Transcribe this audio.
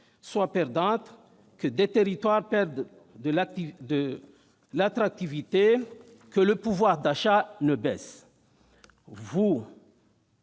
soient perdantes, que des territoires ne perdent de l'attractivité, que le pouvoir d'achat ne baisse.